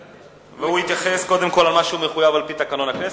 והוא יתייחס קודם כול למה שהוא מחויב על-פי תקנון הכנסת.